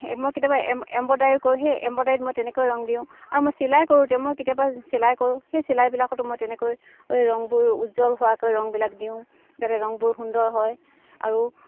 হেৰি মই কেতিয়াবা এম এম্ব্ৰইডাৰী কৰোঁ সেই এম্ব্ৰইডাৰীত মই তেনেকৈ ৰং দিওঁ আৰু মই চিলাই কৰোঁতে মই কেতিয়াবা চিলাই কৰোঁ সেই চিলাইবিলাকতো মই তেনেকৈ ৰংবোৰ উজ্জ্বল হোৱাকৈ ৰংবিলাক দিওঁ যাতে ৰংবোৰ সুন্দৰ হয় আৰু